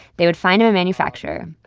they would find him a manufacturer,